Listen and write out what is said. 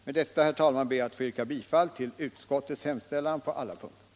Med detta, herr talman, ber jag att få yrka bifall till utskottets hemställan på alla punkter.